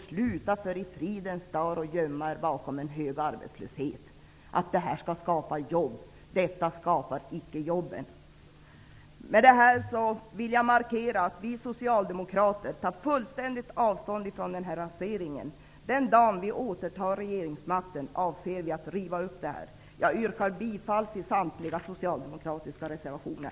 Sluta i fridens dar att gömma er bakom talet om en hög arbetslöshet och om att detta skall skapa jobb! Detta skapar icke jobb. Med detta vill jag markera att vi socialdemokrater fullständigt tar avstånd från den här raseringen. Den dagen vi återtar regeringsmakten avser vi att riva upp det här beslutet. Jag yrkar bifall till samtliga socialdemokratiska reservationer.